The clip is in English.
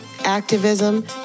activism